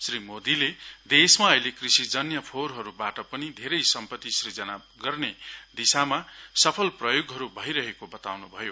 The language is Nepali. श्री मोदीले देशमा अहिले कृषिजन्य फोहोरहरुबाट पनि धेरै सम्पति सृजना गर्ने दिशामा सफल प्रयोगहरु भइरहेको बताउँनु भयो